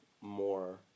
more